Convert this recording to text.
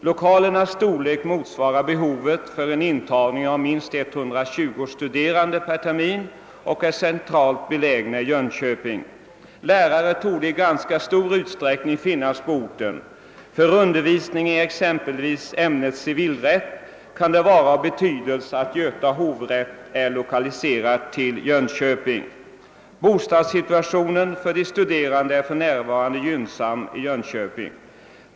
Lokalernas storlek motsvarar behovet för en intagning av minst 120 studerande per termin och är centralt belägna i Jönköping. Lärare torde i ganska stor utsträckning finnas på orten. För undervisning i exempelvis ämnet civilrätt kan det vara av betydelse att Göta hovrätt är lokaliserad till Jönköping. Bostadssituationen för de studerande är för närvarande gynnsam i Jönköping.